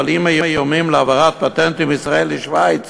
אבל אם איומים להעברת פטנטים מישראל לשווייץ